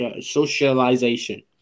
socialization